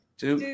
two